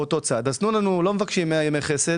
אז תנו לנו לא מבקשים 100 ימי חסד